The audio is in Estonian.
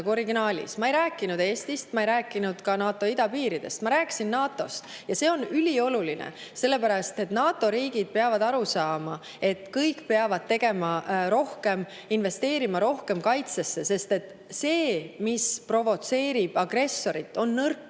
Ma ei rääkinud Eestist, ma ei rääkinud ka NATO idapiiridest, ma rääkisin NATO‑st. Ja see on ülioluline, sellepärast et NATO riigid peavad aru saama, et kõik peavad tegema rohkem, investeerima rohkem kaitsesse, sest see, mis provotseerib agressorit, on nõrkus.